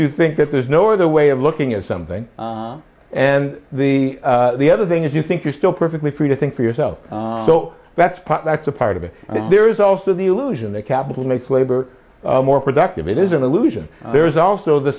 you think that there's no other way of looking at something and the the other thing is you think you're still perfectly free to think for yourself so that's that's a part of it but there is also the illusion that capital makes labor more productive it is an illusion there's also the